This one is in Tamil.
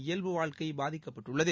இயல்பு வாழ்க்கை பாதிக்கப்பட்டுள்ளது